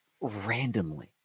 Randomly